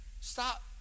Stop